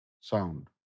Sound